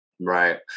Right